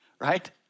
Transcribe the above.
Right